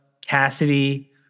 Cassidy